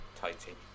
tighty